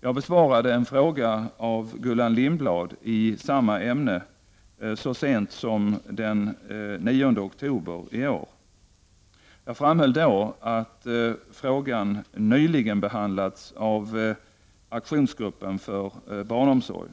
Jag besvarade en fråga av Gullan Lindblad i samma ämne så sent som den 9 oktober i år. Jag framhöll då att frågan nyligen behandlats av aktionsgruppen för barnomsorg.